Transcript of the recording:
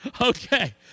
Okay